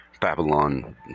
Babylon